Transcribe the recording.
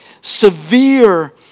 Severe